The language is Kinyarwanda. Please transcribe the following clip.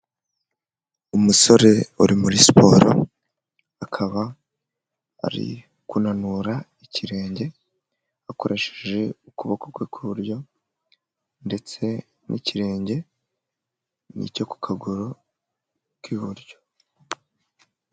Umusore uri muri siporo, akaba ari kunanura ikirenge akoresheje ukuboko kwe kw'iburyo, ndetse n'ikirenge ni cyo ku kaguru k'iburyo.